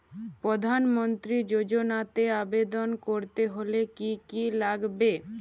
প্রধান মন্ত্রী যোজনাতে আবেদন করতে হলে কি কী লাগবে?